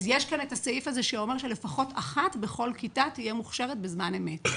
יש כאן סעיף שאומר שלפחות אחת בכל כיתה תהיה מוכשרת בזמן אמת.